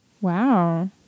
Wow